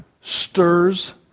stirs